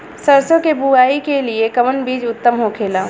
सरसो के बुआई के लिए कवन बिज उत्तम होखेला?